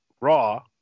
Raw